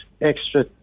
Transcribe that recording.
extra